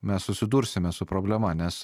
mes susidursime su problema nes